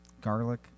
Garlic